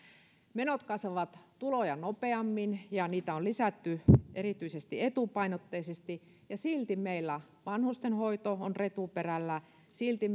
menot kasvavat tuloja nopeammin ja niitä on lisätty erityisesti etupainotteisesti ja silti meillä vanhustenhoito on retuperällä silti